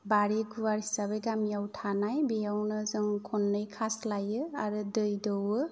बारि गुवार हिसाबै गामियाव थानाय बेयावनो जों खननै खास्लायो आरो दै दौवो